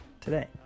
today